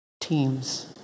teams